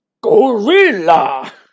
GORILLA